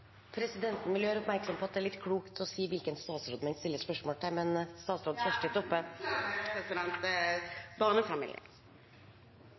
Presidenten vil gjøre oppmerksom på at det er litt klokt å si hvilken statsråd man stiller spørsmål til.